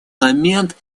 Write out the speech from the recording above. момент